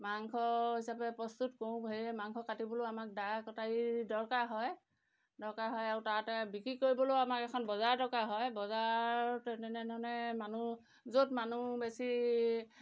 মাংস হিচাপে প্ৰস্তুত কৰোঁ সেয়ে মাংস কাটিবলৈও আমাক দা কটাৰীৰ দৰকাৰ হয় দৰকাৰ হয় আৰু তাতে বিক্ৰী কৰিবলৈও আমাক এখন বজাৰ দৰকাৰ হয় বজাৰ তেনেধৰণে মানুহ য'ত মানুহ বেছি